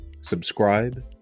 subscribe